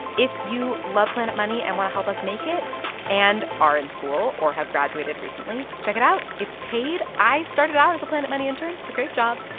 if you love planet money and want to help us make it and are in school or have graduated recently, check it out. it's paid. i started out as a planet money intern. it's a great job.